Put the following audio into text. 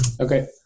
Okay